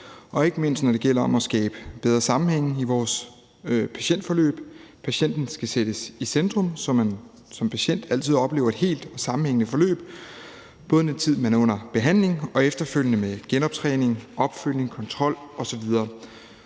ikke mindst, når det handler om at skabe bedre sammenhænge i vores patientforløb. Patienten skal sættes i centrum, så man som patient altid oplever et helt og sammenhængende forløb, både i den tid, man er under behandling, og efterfølgende med genoptræning, opfølgning, kontrol osv.,